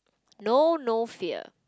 know no fear